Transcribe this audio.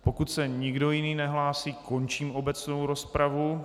Pokud se nikdo jiný nehlásí, končím obecnou rozpravu.